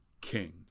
king